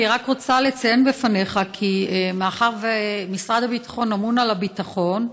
אני רק רוצה לציין בפניך כי מאחר שמשרד הביטחון אמון על הביטחון,